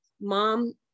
mom